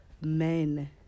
men